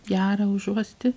gerą užuosti